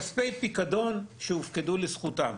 כספי פיקדון שהופקדו לזכותם.